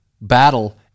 battle